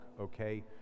okay